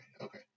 okay